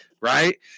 right